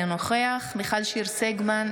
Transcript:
אינו נוכח מיכל שיר סגמן,